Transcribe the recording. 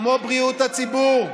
כמו בריאות הציבור וכמו,